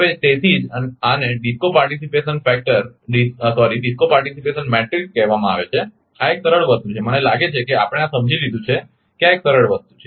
હવે તેથી જ આને ડિસ્કો પાર્ટીસીપેશન મેટ્રિક્સ કહેવામાં આવે છે આ એક સરળ વસ્તુ છે મને લાગે છે કે આપણે આ સમજી લીધું છે કે આ એક સરળ વસ્તુ છે